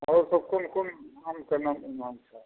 आओर सब कोन कोन आमके नाम नाम छऽ